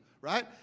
right